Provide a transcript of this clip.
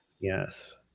Yes